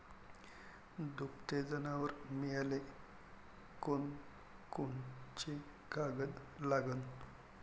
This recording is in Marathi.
दुभते जनावरं मिळाले कोनकोनचे कागद लागन?